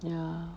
ya